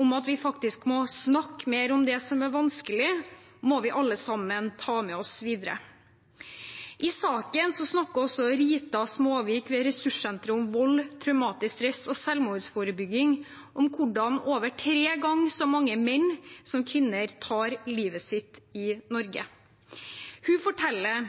om at vi faktisk må snakke mer om det som er vanskelig, må vi alle sammen ta med oss videre. I saken snakker også Rita Småvik ved Ressurssenter om vold, traumatisk stress og selvmordsforebygging om hvordan over tre ganger så mange menn som kvinner tar livet sitt i Norge. Hun forteller